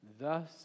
thus